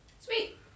Sweet